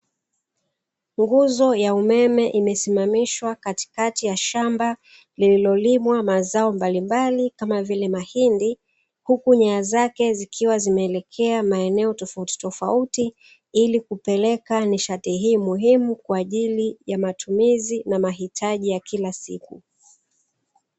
Nguzo ya umeme imesimamishwa katikati ya shamba lililolimwa, mazao mbalimbali kama vile mahindi, huku nyaya zake zikiwa zimeelekea maeneo tofautitofauti, ili kupeleka nishati hii muhimu kwa ajili ya matumizi na mahitaji ya kila siku.